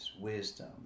wisdom